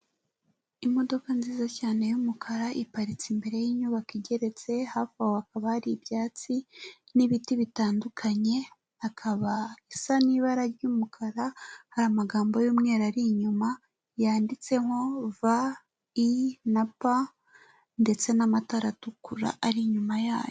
Imodoka nziza cyane y'umukara iparitse imbere y'inyubako igeretse, hafi aho hakaba hari ibyatsi n'ibiti bitandukanye, hakaba isa n'ibara ry'umukara, hari amagambo y'umweru ari inyuma, yanditsemo V, I, na P ndetse n'amatara atukura ari inyuma yayo.